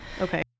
Okay